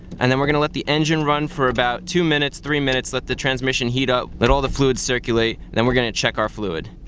and then we're going to let the engine run for about two minutes, three minutes, let the transmission heat up, let all the fluid circulate, and then we're going to check our fluid.